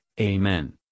Amen